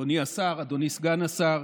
אדוני השר, אדוני סגן השר,